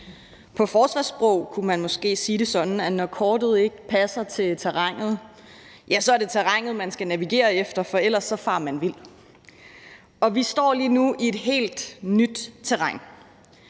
På forsvarssprog kunne man måske sige det sådan, at det, når kortet ikke passer til terrænet, så er terrænet, man skal navigere efter, for ellers farer man vild, og vi står lige nu i et helt nyt terræn.